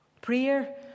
Prayer